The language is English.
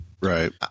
Right